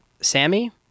sammy